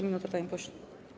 Minuta, panie pośle.